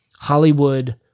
Hollywood